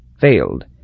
Failed